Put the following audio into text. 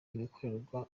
ibikorerwa